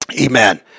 Amen